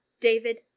David